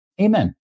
Amen